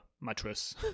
mattress